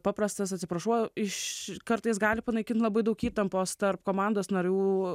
paprastas atsiprašau iš kartais gali panaikint labai daug įtampos tarp komandos narių